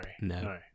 No